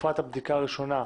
תקופת הבדיקה הראשונה)